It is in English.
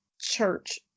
church